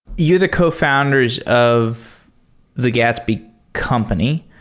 you're the cofounders of the gatsby company,